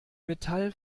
metall